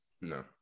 No